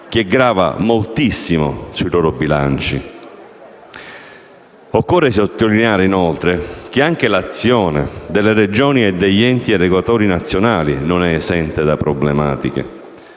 che grava moltissimo sui loro bilanci. Occorre sottolineare inoltre che anche l'azione delle Regioni e degli enti erogatori nazionali non è esente da problematiche.